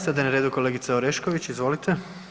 Sad je na redu kolegica Orešković, izvolite.